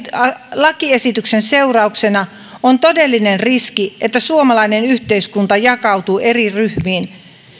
lakiesityksen seurauksena on todellinen riski että suomalainen yhteiskunta jakautuu eri ryhmiin